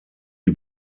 die